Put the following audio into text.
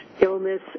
illness